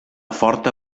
forta